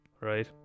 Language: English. Right